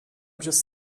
just